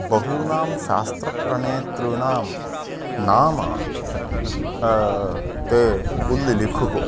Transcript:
बहूनां शास्त्रप्रणेतॄणां नाम ते उल्लिलिखुः